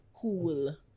Cool